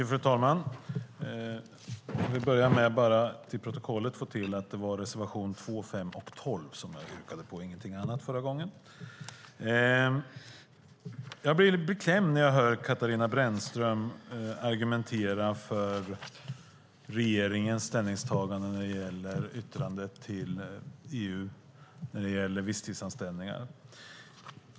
Fru talman! Jag vill bara till protokollet få antecknat att det var reservationerna 2, 5 och 12 som jag yrkade bifall till, ingenting annat. Jag blir beklämd när jag hör Katarina Brännström argumentera för regeringens ställningstagande när det gäller yttrandet till EU om visstidsanställningar.